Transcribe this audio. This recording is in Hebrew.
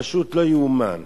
פשוט לא יאומן.